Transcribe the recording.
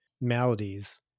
maladies